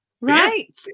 Right